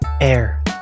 air